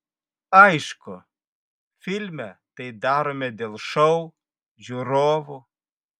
aišku filme tai darome dėl šou žiūrovų